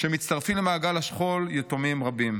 כשמצטרפים למעגל השכול יתומים רבים.